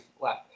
left